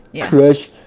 Crush